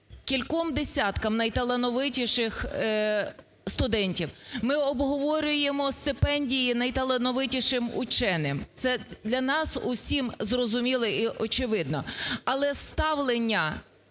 кільком десяткам найталановитіших студентів. Ми обговорюємо стипендії найталановитішим ученим. Це для нас усім зрозуміле і очевидне. Але ставлення